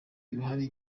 ibihari